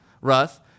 Russ